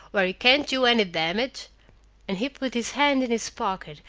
where you can't do any damage and he put his hand in his pocket,